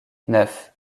neuf